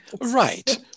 Right